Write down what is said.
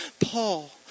Paul